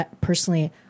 personally